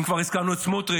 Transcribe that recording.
אם כבר הזכרנו את סמוטריץ'